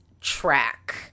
track